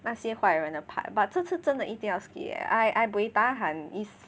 那些坏人的 part but 这次真的一定要 skip I I buay tahan is